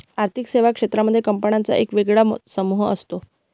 आर्थिक सेवा क्षेत्रांमध्ये कंपन्यांचा एक वेगळा समूह असतो